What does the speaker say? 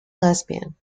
lesbian